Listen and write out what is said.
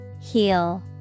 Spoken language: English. Heal